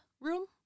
room